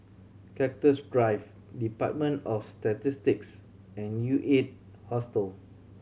Cactus Drive Department of Statistics and U Eight Hostel